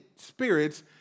spirits